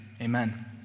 amen